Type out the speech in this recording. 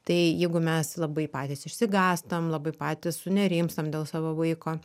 tai jeigu mes labai patys išsigąstam labai patys sunerimstam dėl savo vaiko